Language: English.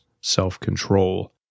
self-control